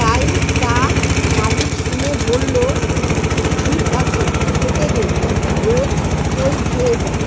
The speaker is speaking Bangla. তাই তা মালিক শুনে বলল ঠিক আছে খেতে দে রোজ তো খেয়ে যায়